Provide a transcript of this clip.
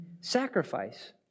sacrifice